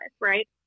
right